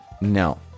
no